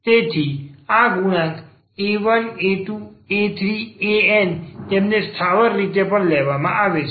તેથી આ ગુણાંક અહીં a1 a2 a3 a n તેમને સ્થાવર તરીકે પણ લેવામાં આવે છે